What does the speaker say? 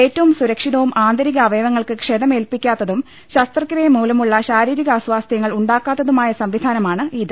ഏറ്റവും സുരക്ഷിതവും ആന്തരികാവയവങ്ങൾക്ക് ക്ഷതമേൽപ്പിക്കാത്തതും ശസ്ത്രക്രിയമൂലമുള്ള ശാരീരി കാസ്വാസ്ഥ്യങ്ങൾ ഉണ്ടാക്കാത്തതുമായ സംവിധാനമാണി ത്